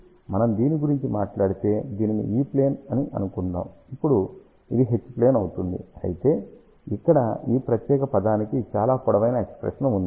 కాబట్టి మనం దీని గురించి మాట్లాడితే దీనిని E ప్లేన్ అని అనుకుందాం అప్పుడు ఇది ఇప్పుడు H ప్లేన్ అవుతుంది అయితే ఇక్కడ ఈ ప్రత్యేక పదానికి చాలా పొడవైన ఎక్ష్ప్రెషన్ ఉంది